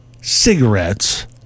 cigarettes